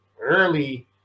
early